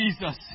Jesus